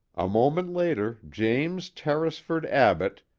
a moment later james tarrisford abbott,